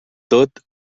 tot